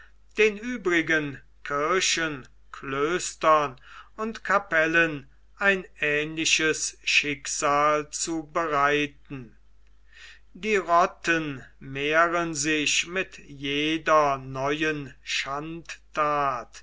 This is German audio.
den übrigen kirchen klöstern und kapellen ein ähnliches schicksal zu bereiten die rotten mehren sich mit jeder neuen schandthat